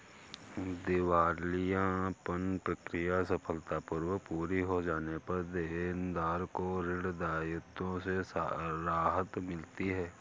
दिवालियापन प्रक्रिया सफलतापूर्वक पूरी हो जाने पर देनदार को ऋण दायित्वों से राहत मिलती है